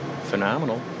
phenomenal